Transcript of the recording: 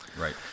right